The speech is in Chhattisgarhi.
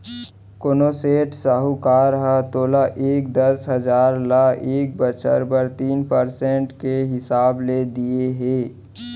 कोनों सेठ, साहूकार ह तोला ए दस हजार ल एक बछर बर तीन परसेंट के हिसाब ले दिये हे?